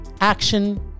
action